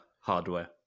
hardware